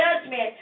judgment